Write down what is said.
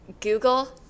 Google